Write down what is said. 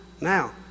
Now